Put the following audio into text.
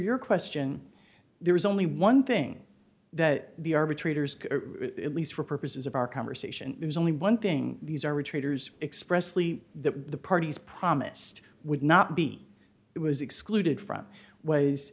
your question there is only one thing that the arbitrators at least for purposes of our conversation there's only one thing these are we traders expressly that the parties promised would not be it was excluded from wa